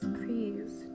please